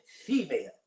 female